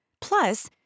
Plus